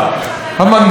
המנגנון הזה,